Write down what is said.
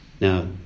Now